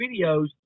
videos